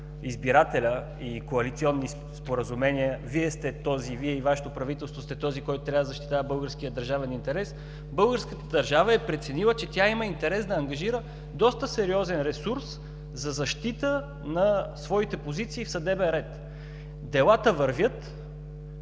избирателя и коалиционни споразумения Вие сте този, Вие и Вашето правителство сте този, който трябва да защитава българския държавен интерес, българската държава е преценила, че тя има интерес да ангажира доста сериозен ресурс за защита на своите позиции в съдебен ред. Делата вървят,